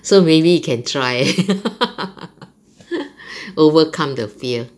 so maybe you can try overcome the fear